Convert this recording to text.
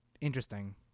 interesting